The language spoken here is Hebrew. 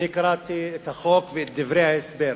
קראתי את החוק ואת דברי ההסבר.